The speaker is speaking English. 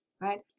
Right